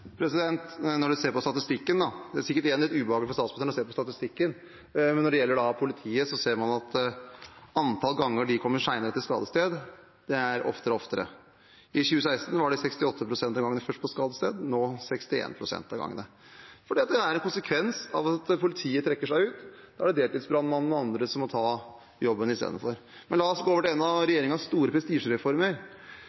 Når man ser på statistikken – det er sikkert ubehagelig for statsministeren – når det gjelder politiet, ser man at antallet ganger de kommer senere til et skadested, er høyere og høyere. I 2016 var de først til skadested 68 pst. av gangene, nå er de først 61 pst. av gangene. Det er en konsekvens av at politiet trekker seg ut, og da er det deltidsbrannmannen og andre som må ta jobben i stedet. Men la oss gå over til en av